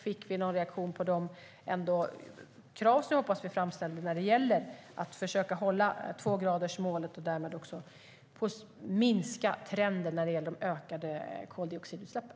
Fick vi någon reaktion på de krav som jag hoppas att vi framställde när det gäller att försöka hålla tvågradersmålet och därmed också bryta trenden när det gäller de ökade koldioxidutsläppen?